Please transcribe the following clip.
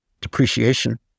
depreciation